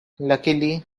luckily